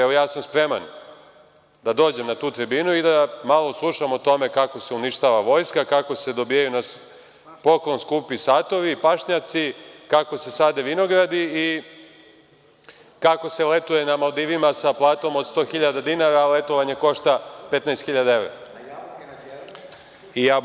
Evo, ja sam spreman da dođem na tu tribinu i da malo slušam o tome kako se uništava Vojska, kako se dobijaju na poklon skupi satovi, pašnjaci, kako se sade vinogradi i kako se letuje na Maldivima sa platom od 100 hiljada dinara a letovanje košta 15 hiljada evra?